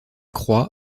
croix